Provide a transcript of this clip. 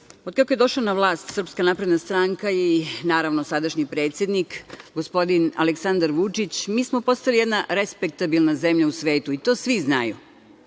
kako je došla na vlast SNS i naravno sadašnji predsednik, gospodin Aleksandar Vučić, mi smo postali jedna respektabilna zemlja u svetu i to svi znaju.